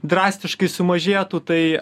drastiškai sumažėtų tai